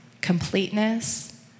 completeness